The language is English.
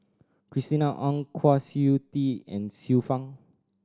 Christina Ong Kwa Siew Tee and Xiu Fang